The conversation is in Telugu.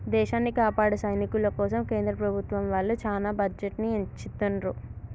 దేశాన్ని కాపాడే సైనికుల కోసం ప్రభుత్వం వాళ్ళు చానా బడ్జెట్ ని ఎచ్చిత్తండ్రు